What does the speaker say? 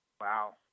Wow